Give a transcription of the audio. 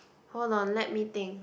hold on let me think